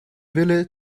wille